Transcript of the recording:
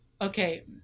Okay